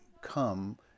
come